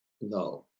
no